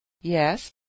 Yes